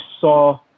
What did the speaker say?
saw